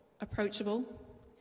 approachable